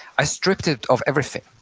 i stripped it of everything.